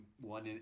one